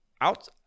out